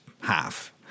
half